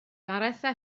gareth